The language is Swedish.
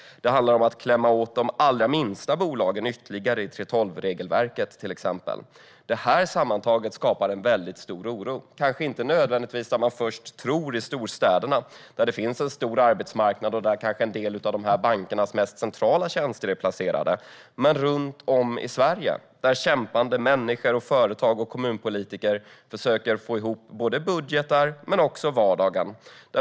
Det handlar om att klämma åt de allra minsta bolagen ytterligare, till exempel i 3:12-regelverket. Det skapar sammantaget stor oro - kanske inte nödvändigtvis där man först tror, i storstäderna där det finns en stor arbetsmarknad och en del av de här bankernas mest centrala tjänster är placerade, men runt om i Sverige där kämpande människor, företag och kommunpolitiker försöker få ihop budgetar men också vardagen.